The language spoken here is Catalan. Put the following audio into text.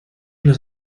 les